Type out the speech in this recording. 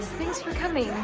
thanks for coming.